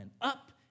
up